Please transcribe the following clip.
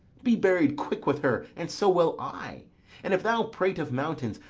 be buried quick with her, and so will i and, if thou prate of mountains,